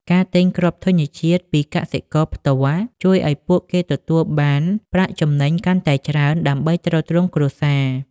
ការទិញគ្រាប់ធញ្ញជាតិពីកកសិករផ្ទាល់ ជួយឱ្យពួកគេទទួលបានប្រាក់ចំណេញកាន់តែច្រើនដើម្បីទ្រទ្រង់គ្រួសារ។